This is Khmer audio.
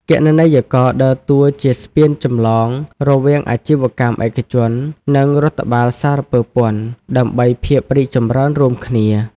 គណនេយ្យករដើរតួជាស្ពានចម្លងរវាងអាជីវកម្មឯកជន និងរដ្ឋបាលសារពើពន្ធ ដើម្បីភាពរីកចម្រើនរួមគ្នា។